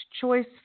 choice